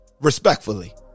respectfully